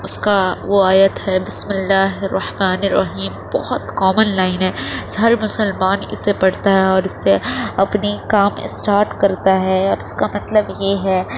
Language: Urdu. اس کا وہ آیت ہے بسم الله الرحمٰن الرحيم بہت کامن لائن ہے سارے مسلمان اسے پڑھتے ہیں اور اس سے اپنی کام اسٹارٹ کرتے ہیں اور اس کا مطلب یہ ہے